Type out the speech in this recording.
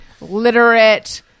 literate